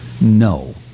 No